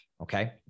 Okay